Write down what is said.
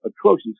atrocious